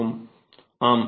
மாணவர் ஆம்